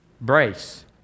brace